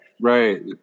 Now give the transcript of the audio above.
Right